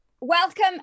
welcome